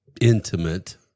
intimate